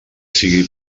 sigui